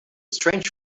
strange